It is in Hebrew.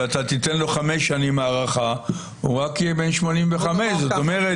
אתה תיתן לו 5 שנים הארכה והוא רק יהיה בן 85. זאת אומרת,